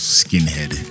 skinhead